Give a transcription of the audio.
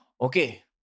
Okay